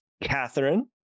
Catherine